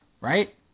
right